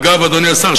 אגב אדוני השר,